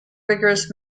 rigorous